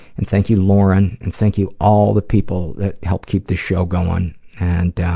and thank you, lauren, and thank you, all the people that help keep this show going and.